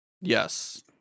yes